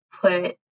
put